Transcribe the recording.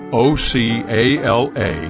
ocala